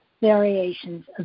variations